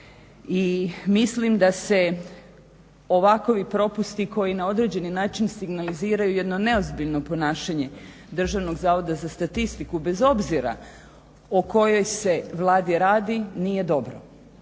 I mislim da se ovakovi propusti koji na određeni način signaliziraju jedno neozbiljno ponašanje Državnog zavoda za statistiku bez obzira o kojoj se Vladi radi nije dobro.